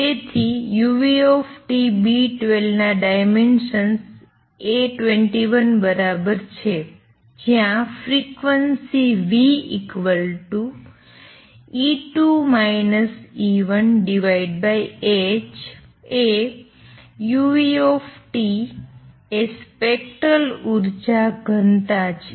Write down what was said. તેથી uTB12 ના dimension A21 બરાબર છે જ્યાં ફ્રિક્વન્સી νE2 E1h એ uT એ સ્પેક્ટ્રલ ઉર્જા ડેંસિટી છે